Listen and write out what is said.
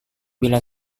bila